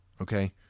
Okay